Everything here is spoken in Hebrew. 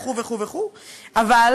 וכו' וכו' וכו'.